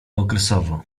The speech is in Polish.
okresowo